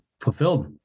fulfilled